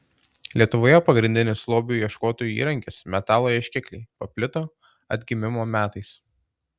lietuvoje pagrindinis lobių ieškotojų įrankis metalo ieškikliai paplito atgimimo metais